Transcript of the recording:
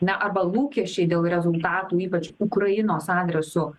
na arba lūkesčiai dėl rezultatų ypač ukrainos adresu